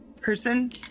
person